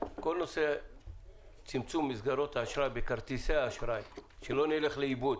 שכל נושא צמצומי האשראי בכרטיסי האשראי - שלא נלך לאיבוד